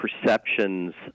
perceptions